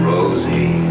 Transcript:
Rosie